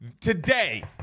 Today